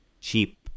cheap